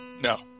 No